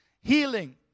Healing